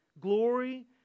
Glory